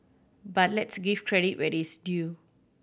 but let's give credit where it's due